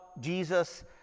Jesus